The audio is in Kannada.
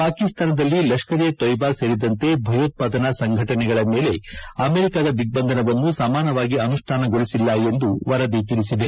ಪಾಕಿಸ್ತಾನದಲ್ಲಿ ಲಷ್ಕರೆ ಎ ತೊಯ್ಟಾ ಸೇರಿದಂತೆ ಭಯೋತ್ಪಾದನಾ ಸಂಘಟನೆಗಳ ಮೇಲೆ ಅಮೆರಿಕಾದ ದಿಗ್ಬಂಧನವನ್ನು ಸಮಾನವಾಗಿ ಅನುಷ್ಠಾನಗೊಳಿಸಿಲ್ಲ ಎಂದು ವರದಿ ತಿಳಿಸಿದೆ